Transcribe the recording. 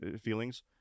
feelings